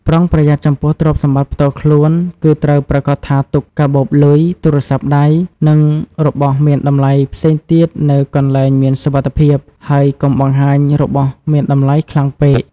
ប្រុងប្រយ័ត្នចំពោះទ្រព្យសម្បត្តិផ្ទាល់ខ្លួន គឺត្រូវប្រាកដថាអ្នកទុកកាបូបលុយ ទូរស័ព្ទដៃ និងរបស់មានតម្លៃផ្សេងទៀតនៅកន្លែងមានសុវត្ថិភាព ហើយកុំបង្ហាញរបស់មានតម្លៃខ្លាំងពេក។